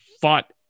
fought